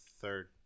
third